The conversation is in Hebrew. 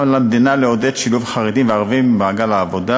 על המדינה לעודד שילוב חרדים וערבים במעגל העבודה